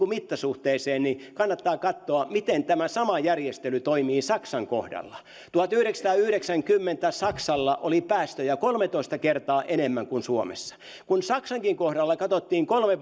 mittasuhteeseen kannattaa katsoa miten tämä sama järjestely toimii saksan kohdalla tuhatyhdeksänsataayhdeksänkymmentä saksalla oli päästöjä kolmetoista kertaa enemmän kuin suomessa kun saksankin kohdalla katsottiin kolme